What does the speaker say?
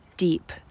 Deep